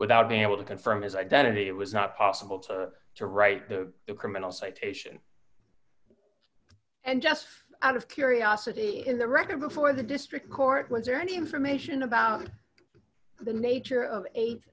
without being able to confirm his identity it was not possible to to write a criminal citation and just out of curiosity in the record before the district court was there any information about the nature of eight